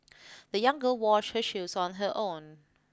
the young girl washed her shoes on her own